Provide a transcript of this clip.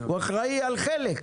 הוא אחראי על חלק.